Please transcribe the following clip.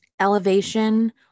elevation